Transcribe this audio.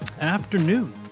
afternoon